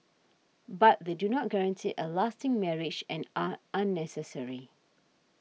but they do not guarantee a lasting marriage and are unnecessary